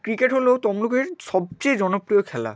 cricket হলো তমলুকের সবচেয়ে জনপ্রিয় খেলা